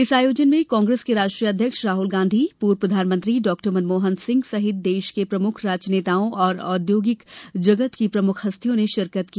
इस आयोजन में कांग्रेस के राष्ट्रीय अध्यक्ष राहुल गांधी पूर्व प्रधानमंत्री डॉ मनमोहन सिंह सहित देश के प्रमुख राजनेताओं और औद्योगिक जगत की प्रमुख हस्तियों ने शिरकत की